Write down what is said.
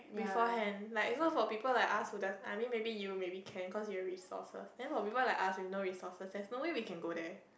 beforehand like so people for us who doesn't I mean maybe you maybe can cause you have resources then people for us who have no resources there's no way we can go there